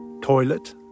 Toilet